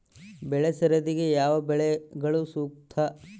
ಬೆಳೆ ಸರದಿಗೆ ಯಾವ ಬೆಳೆಗಳು ಸೂಕ್ತ?